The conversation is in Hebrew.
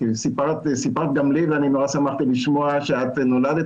סיפרת גם לי ונורא שמחתי לשמוע שאת נולדת